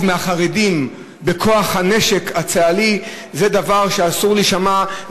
מהחרדים בכוח הנשק הצה"לי" זה דבר שאסור לו להישמע,